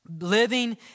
Living